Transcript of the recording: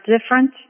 different